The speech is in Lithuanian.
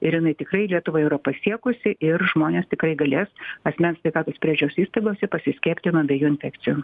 ir jinai tikrai lietuvą yra pasiekusi ir žmonės tikrai galės asmens sveikatos priežiūros įstaigose pasiskiepyti nuo abiejų infekcijų